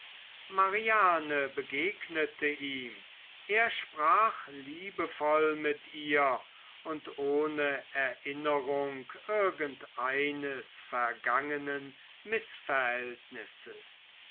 mariane begegnete ihm er sprach liebevoll mit ihr und ohne erinnerung irgendeines vergangenen